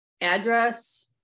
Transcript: Address